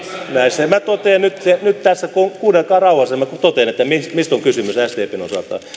minä totean nyt tässä kuunnelkaa rauhassa mistä mistä on kysymys sdpn osalta